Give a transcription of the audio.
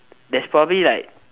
there's probably like